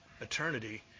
eternity